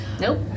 nope